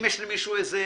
אם יש למישהו רעיון,